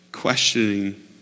questioning